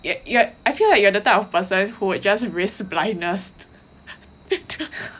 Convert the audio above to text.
ye~ ye~ I feel like you are the type of person who would just risk blindness